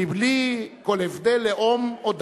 בלי כל הבדל לאום או דת.